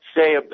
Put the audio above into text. say